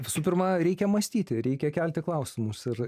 visų pirma reikia mąstyti reikia kelti klausimus ir